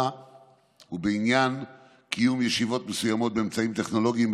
ובעניין קיום ישיבות מסוימות באמצעים טכנולוגיים,